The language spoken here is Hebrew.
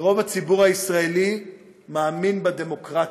ורוב הציבור הישראלי מאמין בדמוקרטיה.